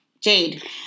Jade